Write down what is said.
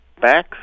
back